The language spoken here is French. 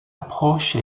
approche